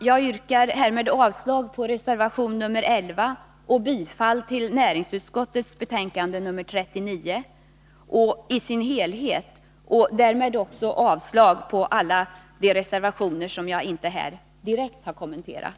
Jag yrkar härmed avslag på reservation 11 och bifall till näringsutskottets hemställan i betänkande 39 i dess helhet — och därmed också avslag på alla de reservationer som jag här inte direkt har kommenterat.